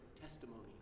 testimony